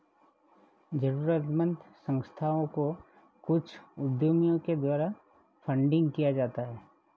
जरूरतमन्द संस्थाओं को कुछ उद्यमियों के द्वारा फंडिंग किया जाता है